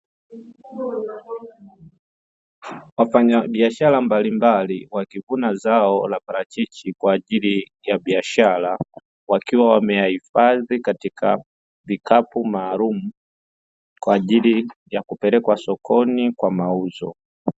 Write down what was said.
Wafanyabiashara mbalimbali wakivuna zao la parachichi kwa ajili ya biashara, wakiwa wameyahifadhi katika vikapu maalumu kwa ajili ya kupelekwa sokoni kwa mauzo.